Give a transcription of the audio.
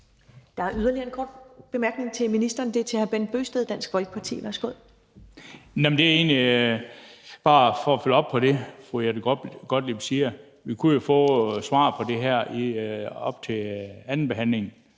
Der er yderligere en kort bemærkning til ministeren. Den er til hr. Bent Bøgsted, Dansk Folkeparti. Værsgo. Kl. 10:22 Bent Bøgsted (DF): Det er egentlig bare for at følge op på det, fru Jette Gottlieb siger. Vi kunne jo få svar på det her op til andenbehandlingen,